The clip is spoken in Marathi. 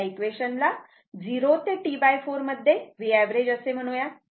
या इक्वेशन ला 0 ते T4 मध्ये Vएव्हरेज असे म्हणूयात